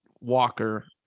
walker